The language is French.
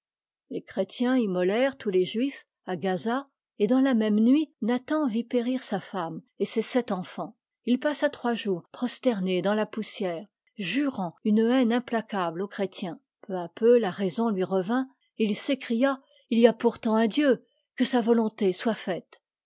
les chrétiens immolèrent tous les juifs à gaza et dans la même nuit nathan vit périr sa femme et ses sept enfants il passa trois jours prosterné dans la poussière jurant une haine implacable aux chrétiens peu à peu la raison lui revint et il s'écria i y a pourtant un dieu que sa yo onté soit faite